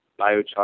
biochar